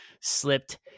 slipped